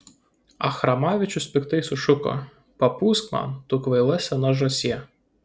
achramavičius piktai sušuko papūsk man tu kvaila sena žąsie